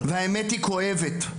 והאמת כואבת,